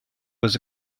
was